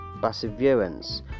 perseverance